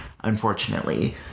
unfortunately